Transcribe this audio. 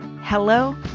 Hello